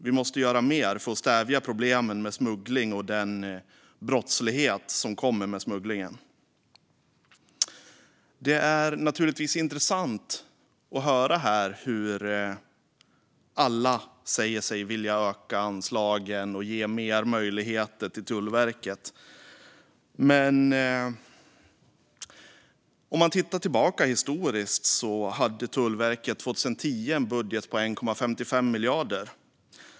Vi måste göra mer för att stävja problemen med smuggling och den brottslighet som kommer med den. Det är intressant att höra här hur alla säger sig vilja öka anslagen och ge mer möjligheter till Tullverket. Men om man tittar tillbaka historiskt ser man att Tullverket år 2010 hade en budget på 1,55 miljarder.